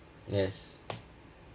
yes